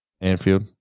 Anfield